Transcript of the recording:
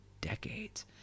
decades